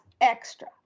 extra